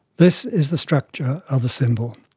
this is the structure of the symbol.